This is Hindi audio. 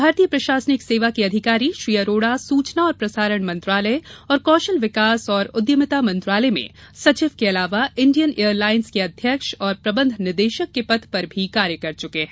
भारतीय प्रशासनिक सेवा के अधिकारी श्री अरोड़ा सूचना और प्रसारण मंत्रालय और कौशल विकास और उद्यमिता मंत्रालय में सचिव के अलावा इंडियन एयरलाइन्स के अध्यक्ष और प्रबंध निदेशक के पद पर भी कार्य कर चुके हैं